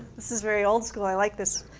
this is very old school i like this.